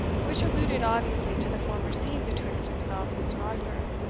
which alluded obviously to the former scene betwixt himself and sir arthur,